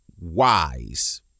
wise